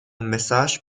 message